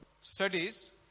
studies